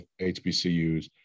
HBCUs